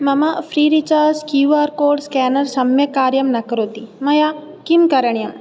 मम free recharge Q R code scanner सम्यक् कार्यं न करोति मया किं करणीयम्